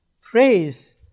phrase